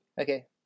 Okay